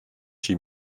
chi